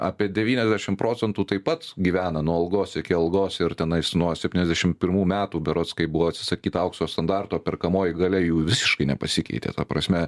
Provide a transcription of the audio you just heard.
apie devyniasdešim procentų taip pat gyvena nuo algos iki algos ir tenais nuo septyniasdešimt pirmų metų berods kai buvo atsisakyta aukso standarto perkamoji galia jų visiškai nepasikeitė ta prasme